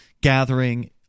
gathering